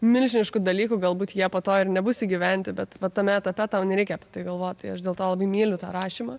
milžiniškų dalykų galbūt jie po to ir nebus įgyvendinti bet va tame etape tau nereikia apie tai galvot tai aš dėl to labai myliu tą rašymą